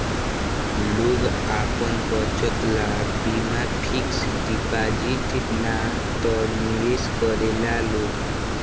लोग आपन बचत ला बीमा फिक्स डिपाजिट ना त निवेश करेला लोग